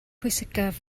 pwysicaf